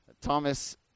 Thomas